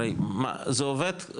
הרי זה עובד,